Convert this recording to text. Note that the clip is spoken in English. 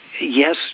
Yes